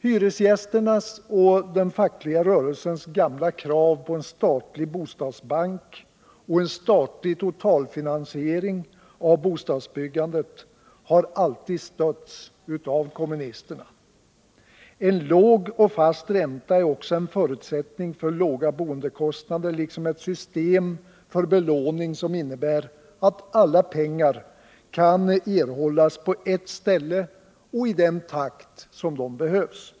Hyresgästernas och den fackliga rörelsens gamla krav på en statlig bostadsbank och en statlig totalfinansiering av bostadsbyggandet har alltid stötts av kommunisterna. En låg och fast ränta är också en förutsättning för låga boendekostnader liksom ett system för belåning som innebär att alla pengar kan erhållas på ett ställe och i den takt som de behövs.